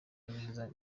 neza